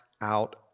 out